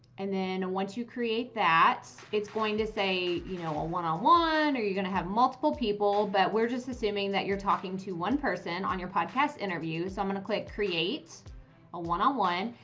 and then once you create that, it's going to say you know, a one on one, or you're going to have multiple people but we're just assuming that you're talking to one person on your podcast interview. so i'm going to click create a one on one.